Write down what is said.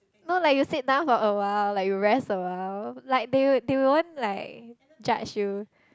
no like you sit down for a while like you rest a while like they they won't like judge you